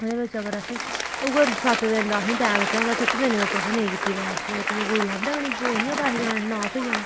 ओह्दे बिच अगर असें उऐ सत्त दिन दा असेंगी टैम दित्ते दा होंदा सत्तें दिनें बिच असें नेईं कीती बापस ते फ्ही ओह् कोई लैंदा गै नी ओह् इ'यां पैसे जाने उठी नास होई जाने